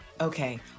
Okay